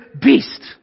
beast